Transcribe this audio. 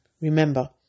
Remember